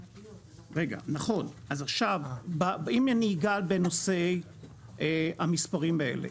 נכון, אז אם אני אגע בנושא המספרים האלה.